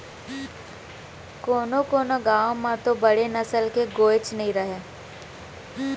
कोनों कोनों गॉँव म तो बड़े नसल के गायेच नइ रहय